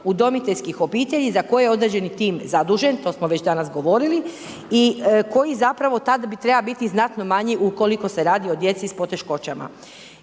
udomiteljskih obitelji za koje je određeni tim zadužen, to smo već danas govorili i koji zapravo tad treba biti znatno manji ukoliko se radi o djeci s poteškoćama.